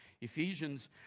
Ephesians